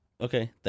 Okay